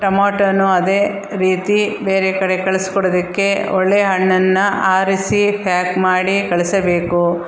ಟೊಮೊಟೋನೂ ಅದೇ ರೀತಿ ಬೇರೆ ಕಡೆ ಕಳಿಸ್ಕೊಡೋದಕ್ಕೆ ಒಳ್ಳೆಯ ಹಣ್ಣನ್ನು ಆರಿಸಿ ಪ್ಯಾಕ್ ಮಾಡಿ ಕಳಿಸಬೇಕು